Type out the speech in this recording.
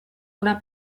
una